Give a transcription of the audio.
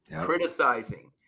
criticizing